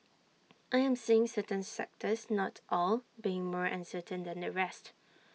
I am seeing certain sectors not all being more uncertain than the rest